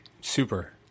Super